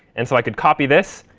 and so i could copy this.